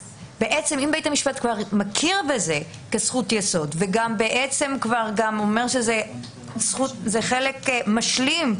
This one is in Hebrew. אם בית המשפט כבר מכיר בזה כזכות יסוד וגם גם אומר שזה חלק משלים,